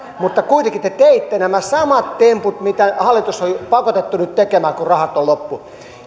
mutta kuitenkin te teitte nämä samat temput mitä hallitus on on pakotettu nyt tekemään kun rahat on loppu